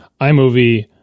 iMovie